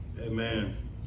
Amen